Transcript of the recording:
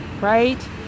right